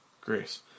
Grace